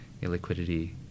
illiquidity